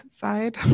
side